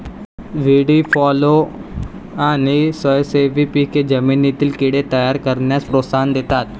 व्हीडी fallow आणि स्वयंसेवी पिके जमिनीतील कीड़े तयार करण्यास प्रोत्साहन देतात